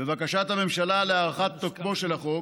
בבקשת הממשלה להארכת תוקפו של החוק